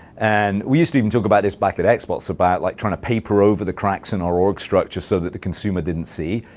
and we used to even talk about this back at xbox about like trying to paper over the cracks in our org structure so that the consumer didn't see.